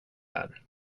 här